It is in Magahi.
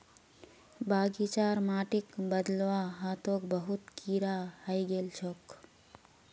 बगीचार माटिक बदलवा ह तोक बहुत कीरा हइ गेल छोक